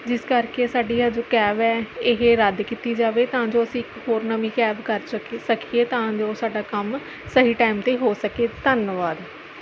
ਜਿਸ ਕਰਕੇ ਸਾਡੀ ਅੱਜ ਕੈਬ ਹੈ ਇਹ ਰੱਦ ਕੀਤੀ ਜਾਵੇ ਤਾਂ ਜੋ ਅਸੀਂ ਇੱਕ ਹੋਰ ਨਵੀਂ ਕੈਬ ਕਰ ਸਕੇ ਸਕੀਏ ਤਾਂ ਜੋ ਸਾਡਾ ਕੰਮ ਸਹੀ ਟਾਈਮ 'ਤੇ ਹੋ ਸਕੇ ਧੰਨਵਾਦ